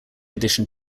addition